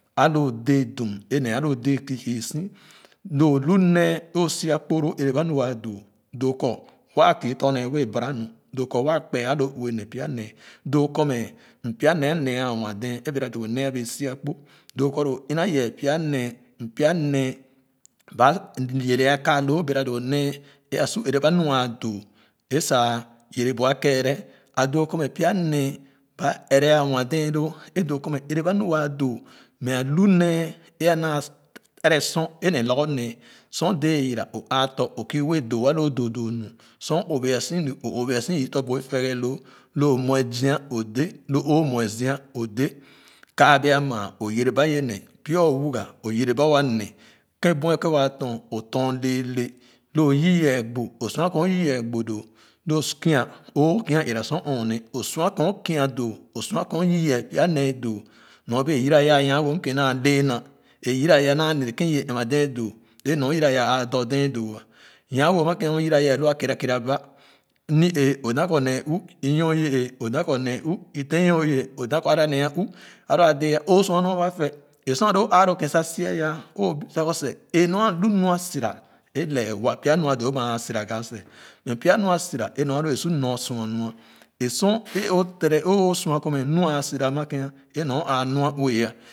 A loo dɛɛ dum é nee a lo dɛɛ kii kii si loo o lu nee o si a kpo lu ɛrɛ ba nua waa doo doo kɔ waa kii tɔ ne wɛɛ bara nu doo kɔ waa kpea a loo ue nee pya nee doo kɔ mɛ pya nee ale ah nwa-dee é bɛga doo nee a bee si a kpo doo kɔ loo i na yɛ pya nee m pya nee ba yɛrɛ a ka loo bɛga nee é a su ɛrɛ ba nua doo é saa yɛrɛ bu akɛɛrɛ a doo kɔ mɛ pya nee ba ɛrɛ a nwa dee loo é doo kɔ mɛ ɛrɛ ba nu waa doo mɛ a lu nee é a naa ɛrɛ sor ne lorgor nee sor dee a yira o aa tɔ o kii wɛɛ doo a lo doo nu sor o obia si lu o obia si yii tɔ bu ettɛɛgaloo lo o mue zii o dé lo mue zia o dé ka bee a maa o yɛrɛ ba yɛ nee pya o nuga o yɛrɛ ba wa nee kèn bue waa tɔn o tɔn lɛɛlɛ loo yii ye gbo o sua kèn o yii ye gbo doo kia ou kia ɛra sor ɔɔne o sua kèn o kia doo o sua kèn o yii pya nee doo nyor bee yira ya m kèn i wɛɛ ɛm-ma dee doo nu yira ya a do dee doo a nya wo ama kèn yira ya é lua kɛɛrɛba ni-ee o da kɔ nee uuh é nyor ii-ɛɛ o da kɔ nee uuh é tèn ɔɔee oda kɔ lua nee uuh a lua dee o sua nu a fɛ sor a lo aa lo kèn sa si ali o bip sa kɔsck e nor a li mi a sira é lɛɛ wa pya mi a doo ama a sira ga scl mɛ pya mu a sira é nu a lo bee su nua sua nua é sor é o tere o sua kɔ nu a sira ama kèn é nor a nna ue ah